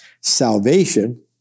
salvation